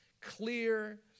clear